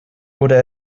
oder